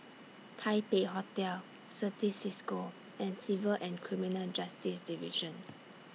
Taipei Hotel Certis CISCO and Civil and Criminal Justice Division